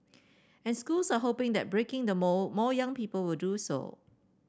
and schools are hoping that breaking the mould more young people would do so